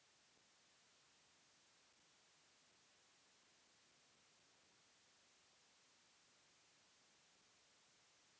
अगर उधारकर्ता चूक करि त गारंटर केवल एक हिस्सा या सब लोन क उत्तरदायी होला